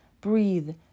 breathe